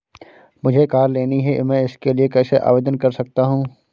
मुझे कार लेनी है मैं इसके लिए कैसे आवेदन कर सकता हूँ?